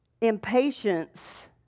Impatience